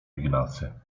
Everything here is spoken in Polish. ignacy